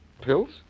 Pills